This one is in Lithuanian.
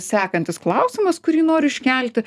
sekantis klausimas kurį noriu iškelti